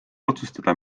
otsustada